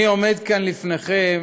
אני עומד כאן לפניכם